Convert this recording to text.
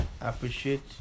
appreciate